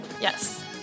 Yes